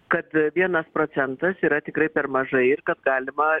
kad vienas procentas yra tikrai per mažai kad galima